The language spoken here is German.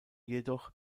jedoch